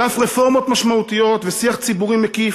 על אף רפורמות משמעותיות ושיח ציבורי מקיף,